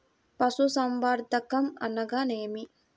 పశుసంవర్ధకం అనగానేమి?